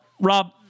Rob